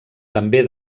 també